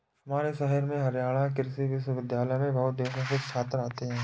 हमारे शहर में हरियाणा कृषि विश्वविद्यालय में बहुत देशों से छात्र आते हैं